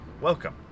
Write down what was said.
Welcome